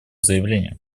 заявление